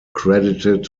credited